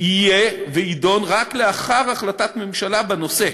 יהיה ויידון רק לאחר החלטת ממשלה בנושא.